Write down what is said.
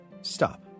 stop